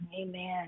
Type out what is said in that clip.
amen